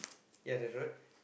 ya the road